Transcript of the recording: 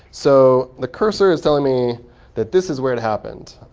so the cursor is telling me that this is where it happened.